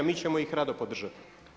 Mi ćemo ih rado podržati.